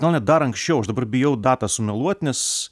gal net dar anksčiau aš dabar bijau datą sumeluot nes